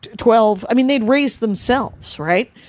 twelve, i mean, they'd raised themselves, right?